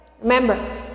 Remember